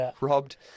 robbed